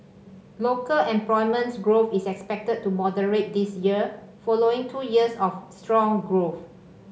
local employment growth is expected to moderate this year following two years of strong growth